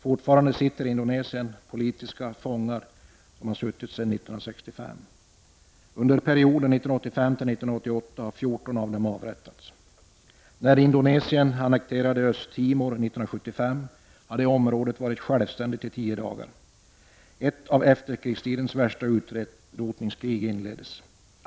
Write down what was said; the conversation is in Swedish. Fortfarande sitter i Indonesien politiska fångar sedan 1965. Under perioden 1985-1988 har 14 av dem avrättats. När Indonesien annekterade Östtimor 1975, hade området varit självständigt i tio dagar. Ett av efterkrigstidens värsta utrotningskrig inleddes.